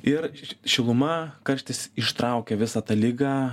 ir šiluma karštis ištraukia visą tą ligą